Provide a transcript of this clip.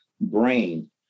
brain